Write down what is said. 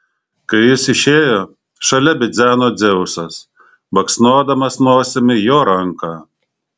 kai jis išėjo šalia bidzeno dzeusas baksnodamas nosimi jo ranką